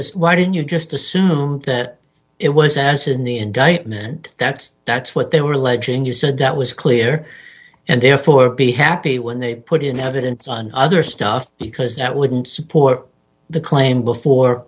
just why didn't you just assume that it was as in the indictment that's that's what they were alleging you said that was clear and therefore be happy when they put in evidence on other stuff because that wouldn't support the claim before